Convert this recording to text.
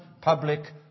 public